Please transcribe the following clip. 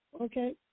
okay